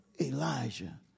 Elijah